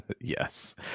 Yes